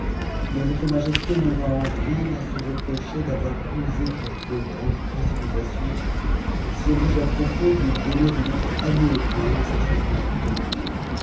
mais votre majesté n'aura en rien à se reprocher d'avoir usé d'une trop grande précipitation si elle juge à propos de donner une autre année au prince à se consulter lui-même